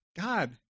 God